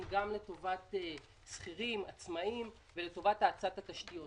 גם לטובת שכירים ועצמאים ולטובת האצת התשתיות,